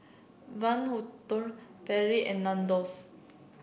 Van Houten Perrier and Nandos